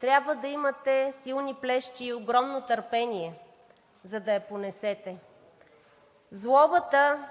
Трябва да имате силни плещи и огромно търпение, за да я понесете. Злобата